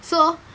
so